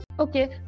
Okay